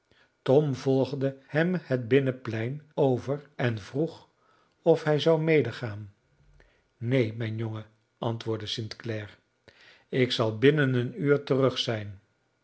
tom volgde hem het binnenplein over en vroeg of hij zou medegaan neen mijn jongen antwoordde st clare ik zal binnen een uur terug zijn